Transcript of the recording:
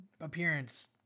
appearance